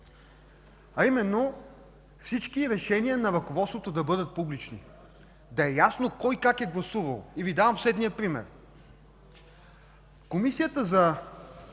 а именно всички решения на ръководството да бъдат публични, да е ясно кой, как е гласувал. Давам Ви следния пример: Комисията за